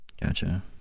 Gotcha